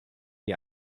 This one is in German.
die